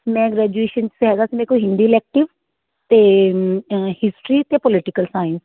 ਮੈਂ ਗ੍ਰੈਜੂਏਸ਼ਨ ਹੈਗਾ ਸੀ ਮੇਰੇ ਕੋਲ ਹਿੰਦੀ ਇਲੈਕਟਿਵ ਅਤੇ ਹਿਸਟਰੀ ਅਤੇ ਪੋਲੀਟੀਕਲ ਸਾਇੰਸ